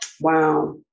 Wow